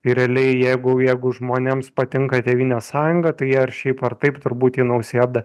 ir realiai jeigu jeigu žmonėms patinka tėvynės sąjunga tai jie ar šiaip ar taip turbūt į nausėdą